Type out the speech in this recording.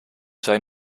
zijn